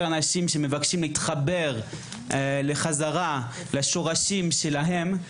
אנשים שמבקשים להתחבר בחזרה לשורשים שלהם,